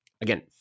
Again